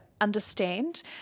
understand